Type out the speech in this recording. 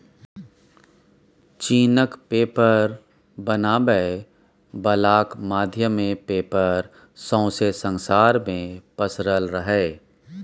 चीनक पेपर बनाबै बलाक माध्यमे पेपर सौंसे संसार मे पसरल रहय